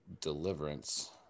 Deliverance